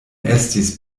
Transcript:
estis